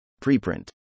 Preprint